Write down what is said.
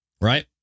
Right